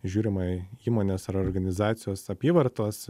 žiūrima įmonės ar organizacijos apyvartos